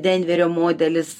denverio modelis